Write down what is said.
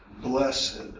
Blessed